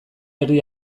erdi